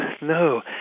no